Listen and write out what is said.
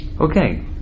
Okay